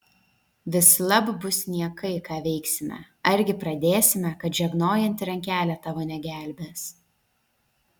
vislab bus niekai ką veiksime argi pradėsime kad žegnojanti rankelė tavo negelbės